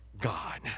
God